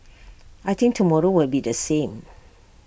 I think tomorrow will be the same